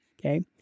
Okay